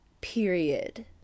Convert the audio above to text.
Period